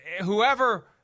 whoever